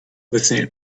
listening